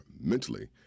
Mentally